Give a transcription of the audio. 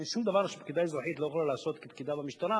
אין שום דבר שפקידה אזרחית לא יכולה לעשות כפקידה במשטרה,